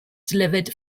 delivered